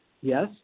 yes